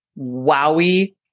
wowie